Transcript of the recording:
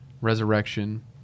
resurrection